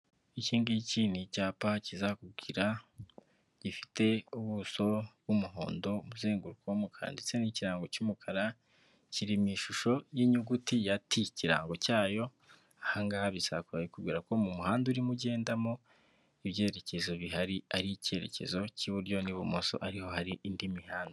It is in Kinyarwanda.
Iki ngiki ni icyapa kizakubwira, gifite ubuso bw'umuhondo, umuzenguruko w'umukara ndetse n'ikirango cy'umukara, kiri mu ishusho y'inyuguti ya T, ikirango cyayo, aha ngaha bisaba ko babikubwira ko mu muhanda urimo ugendamo ibyerekezo bihari ari ikerekezo k'iburyo n'ibumoso ari ho hari indi mihanda.